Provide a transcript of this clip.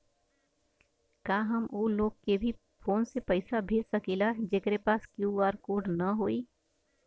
का हम ऊ लोग के भी फोन से पैसा भेज सकीला जेकरे पास क्यू.आर कोड न होई?